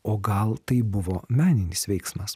o gal tai buvo meninis veiksmas